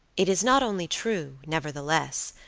it is not only true, nevertheless,